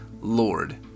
Lord